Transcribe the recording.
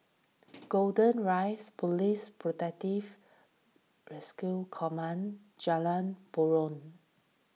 Golden Rise Police Protective Rescue Command Jalan Purong